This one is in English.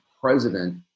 president